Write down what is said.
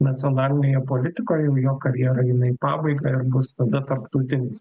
nacionalinėje politikoje jau jo karjera eina į pabaigą ir bus tada tarptautinis